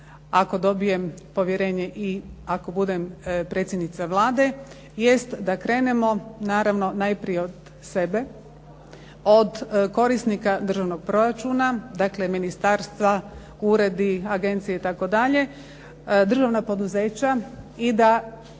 ako dobijem povjerenje i ako budem predsjednica Vlade jest da krenemo naravno najprije od sebe od korisnika državnog proračuna, dakle ministarstva, uredi, agencije itd. državna poduzeća i da